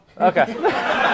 Okay